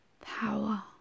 power